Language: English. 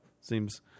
seems